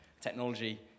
technology